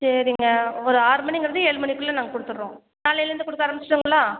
சரிங்க ஒரு ஆறு மணிங்கிறது ஏழு மணிக்குள்ளே நாங்கள் குடுத்துடுறோம் நாளையிலேருந்து கொடுக்க ஆரம்பிச்சிட்டுங்களா